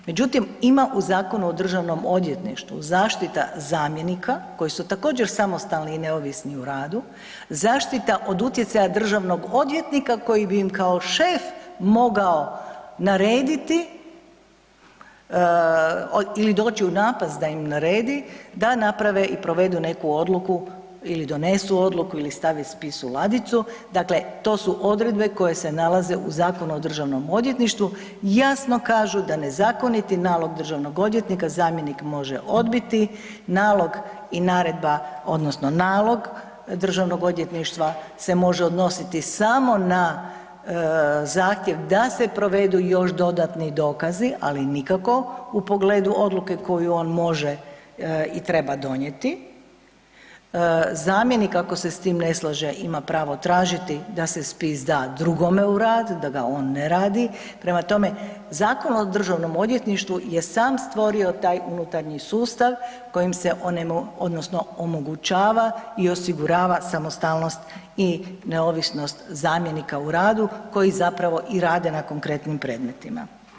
Međutim, ima u Zakonu o DORH-u, zaštita zamjenika, koji su također, samostalni i neovisni u radu, zaštita od utjecaja državnog odvjetnika koji bi im kao šef mogao narediti ili doći u napast da im naredi da naprave i provedu neku odluku ili donesu odluku ili stave spis u ladicu, dakle, to su odredbe koje se nalaze u Zakonu o DORH-u, jasno kažu da nezakoniti nalog državnog odvjetnika zamjenik može odbiti, nalog i naredba odnosno nalog Državnog odvjetništva se može odnositi samo na zahtjev da se provedu još dodatni dokazi, ali nikako u pogledu odluke koju on može i treba donijeti, zamjenik, ako se s tim ne slaže ima pravo tražiti da se spis da drugome u rad, da ga on ne radi, prema tome, Zakon o DORH-u je sam stvorio taj unutarnji sustav kojim se .../nerazumljivo/... odnosno omogućava i osigurava samostalnost i neovisnost zamjenika u radu koji zapravo i rade na konkretnim predmetima.